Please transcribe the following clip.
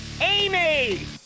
Amy